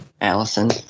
Allison